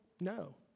no